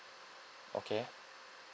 okay